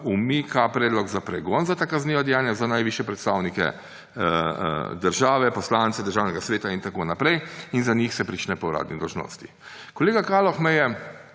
umika predlog za pregon za ta kazniva dejanja za najvišje predstavnike države, poslance, Državnega sveta in tako naprej in za njih se prične po uradni dolžnosti. Kolega Kaloh me je